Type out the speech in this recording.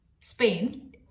spain